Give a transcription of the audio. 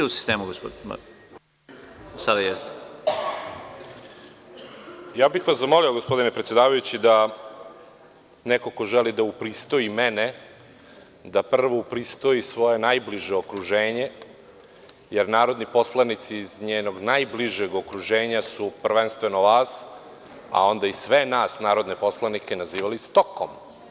Ja bih vas zamolio, gospodine predsedavajući, da neko ko želi da upristoji mene prvo upristoji svoje najbliže okruženje, jer narodni poslanici iz njenog najbližeg okruženja su prvenstveno vas, a onda i sve nas narodne poslanike nazivali stokom.